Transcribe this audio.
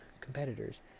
competitors